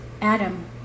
Adam